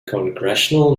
congressional